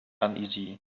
uneasy